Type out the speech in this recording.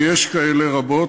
ויש כאלה רבות,